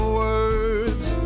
words